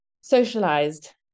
socialized